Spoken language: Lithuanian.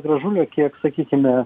gražulio kiek sakykime